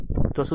તો શું થશે